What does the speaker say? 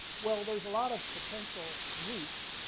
well, there's a lot of potential use.